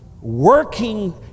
working